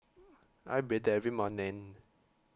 I bathe every morning